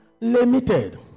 Limited